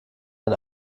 ein